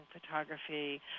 photography